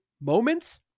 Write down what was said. moments